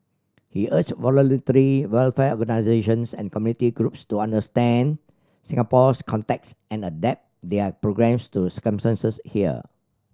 he urged voluntary welfare organisations and community groups to understand Singapore's context and adapt their programmes to circumstances here